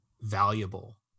valuable